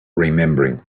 remembering